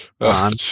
on